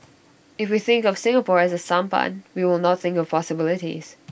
if we think of Singapore as A sampan we will not think of possibilities